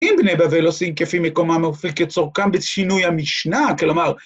‫אם בני בבל עושים כפי מקומם וכפי צרכם בשינוי המשנה, כלומר...